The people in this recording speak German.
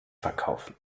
verkaufen